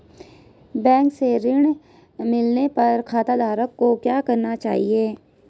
Bank से ऋण मिलने पर खाताधारक को क्या करना चाहिए?